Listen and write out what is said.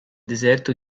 deserto